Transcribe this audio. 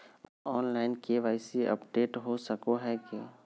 Online KYC update हो सको है की?